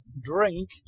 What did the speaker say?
drink